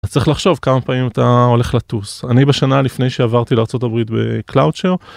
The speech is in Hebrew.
צריך לחשוב כמה פעמים אתה הולך לטוס, אני בשנה לפני שעברתי לארה״ב בקלאוד שר.